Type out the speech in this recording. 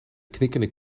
knikkende